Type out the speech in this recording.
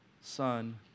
Son